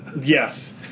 Yes